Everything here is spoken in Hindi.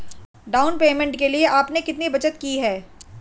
डाउन पेमेंट के लिए आपने कितनी बचत की है?